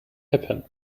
happen